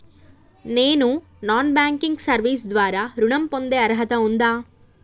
నేను non banking service ద్వారా ఋణం పొందే అర్హత ఉందా?